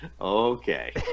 Okay